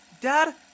Dad